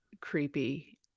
creepy